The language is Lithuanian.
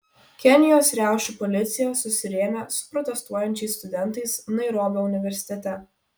kenijos riaušių policija susirėmė su protestuojančiais studentais nairobio universitete